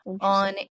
On